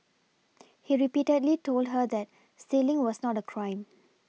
he repeatedly told her that stealing was not a crime